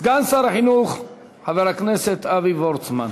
סגן שר החינוך, חבר הכנסת אבי וורצמן.